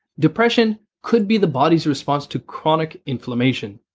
depression could be the body's response to chronic inflammation.